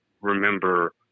remember